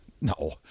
No